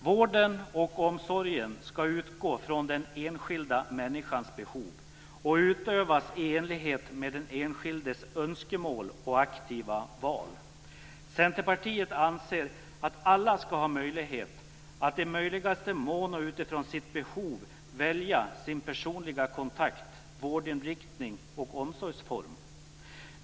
Vården och omsorgen ska utgå från den enskilda människans behov och utövas i enlighet med den enskildes önskemål och aktiva val. Centerpartiet anser att alla ska ha möjlighet att i möjligaste mån och utifrån sina behov välja sin personliga kontakt, vårdinriktning och omsorgsform.